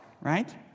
Right